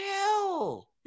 hell